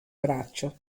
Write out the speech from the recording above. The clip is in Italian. braccio